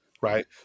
Right